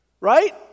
Right